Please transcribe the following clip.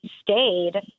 stayed